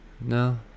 no